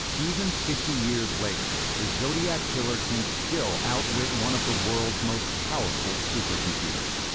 even fifty years later, the zodiac killer can still outwit one of the world's most powerful supercomputers.